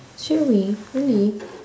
straightaway really